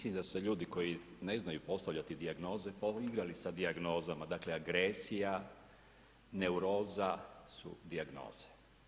ljudi koji ne znaju postavljati dijagnoze poigrali sa dijagnozama, dakle agresija, neuroza su dijagnoze.